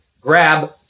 grab